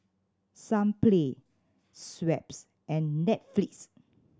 Sunplay Schweppes and Netflix